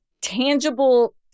tangible